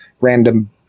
random